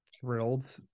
thrilled